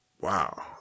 Wow